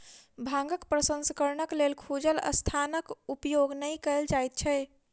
भांगक प्रसंस्करणक लेल खुजल स्थानक उपयोग नै कयल जाइत छै